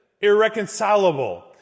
irreconcilable